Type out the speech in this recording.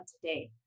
today